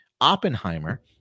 Oppenheimer